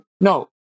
No